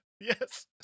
Yes